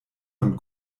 von